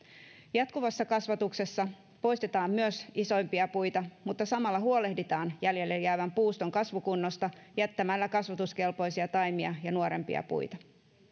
jatkuvassa kasvatuksessa poistetaan isoimpia puita mutta samalla huolehditaan jäljelle jäävän puuston kasvukunnosta jättämällä kasvatuskelpoisia taimia ja nuorempia puita